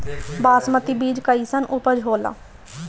बासमती बीज कईसन उपज होला?